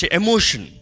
emotion